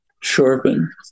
sharpen